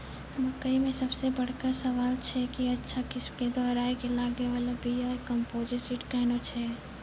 मकई मे सबसे बड़का सवाल छैय कि अच्छा किस्म के दोहराय के लागे वाला बिया या कम्पोजिट सीड कैहनो छैय?